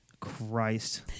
christ